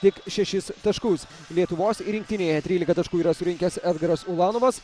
tik šešis taškus lietuvos rinktinėje trylika taškų yra surinkęs edgaras ulanovas